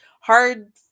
hard